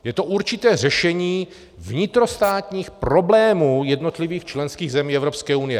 Je to určité řešení vnitrostátních problémů jednotlivých členských zemí Evropské unie.